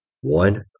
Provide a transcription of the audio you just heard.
one